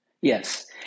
Yes